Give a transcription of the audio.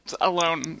alone